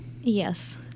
Yes